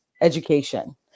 education